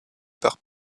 par